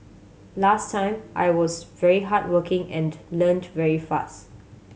last time I was very hard working and learnt very fast